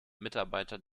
mitarbeiter